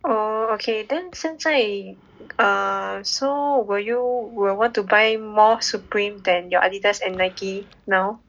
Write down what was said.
oh okay then 现在 err so will you will want to buy more Supreme than your Adidas and Nike now